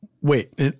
Wait